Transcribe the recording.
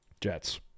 Jets